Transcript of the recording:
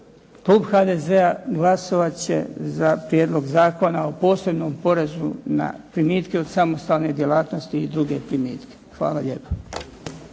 klub HDZ-a glasovat će za Prijedlog zakona o posebnom porezu na primitke od samostalne djelatnosti i druge primitke. Hvala lijepo.